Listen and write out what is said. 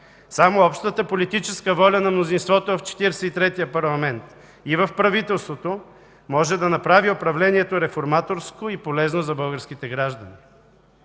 Само общата политическа воля на мнозинството в Четиридесет и третия парламент и в правителството може да направи управлението реформаторско и полезно за българските граждани.